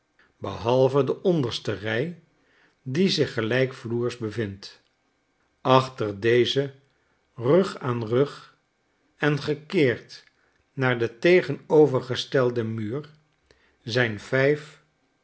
behalve de onderste rij die zich gelijkvloers bevind achter deze rug aan rug en gekeerd naar den tegenovergestelden muur zijn vijf